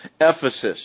Ephesus